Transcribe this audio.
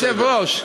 אדוני היושב-ראש,